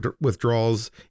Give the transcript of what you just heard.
withdrawals